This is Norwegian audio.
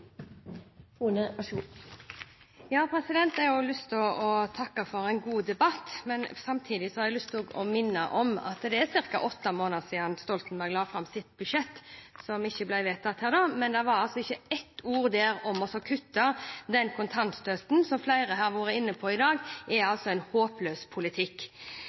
jeg har lyst til å takke for en god debatt. Samtidig vil jeg minne om at det er ca. åtte måneder siden Stoltenberg-regjeringen la fram sitt budsjett, som da ikke ble vedtatt, og det var ikke ett ord der om å kutte den kontantstøtten som flere i dag har vært inne på er en håpløs politikk. De rød-grønne har styrt i åtte år med kontantstøtte. For meg og regjeringen er det viktig at vi har en